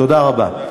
תודה רבה.